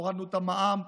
הורדנו את המע"מ,